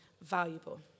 valuable